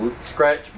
Scratch